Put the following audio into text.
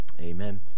amen